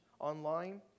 online